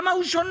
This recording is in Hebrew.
למה הוא שונה?